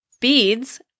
Beads